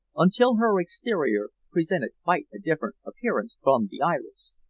until her exterior presented quite a different appearance from the iris.